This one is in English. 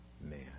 man